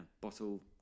bottle